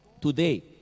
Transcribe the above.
today